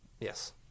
Yes